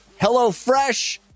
HelloFresh